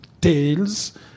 tales